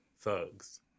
thugs